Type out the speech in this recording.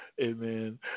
Amen